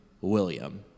William